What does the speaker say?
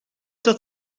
dat